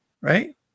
right